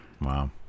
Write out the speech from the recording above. Wow